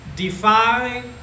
defy